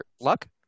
Luck